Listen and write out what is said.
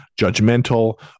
judgmental